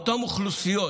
אותן אוכלוסיות